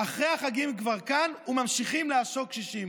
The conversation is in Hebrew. "אחרי החגים כבר כאן, וממשיכים לעשוק קשישים.